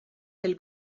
del